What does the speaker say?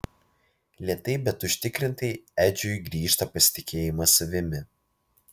lėtai bet užtikrintai edžiui grįžta pasitikėjimas savimi